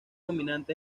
dominante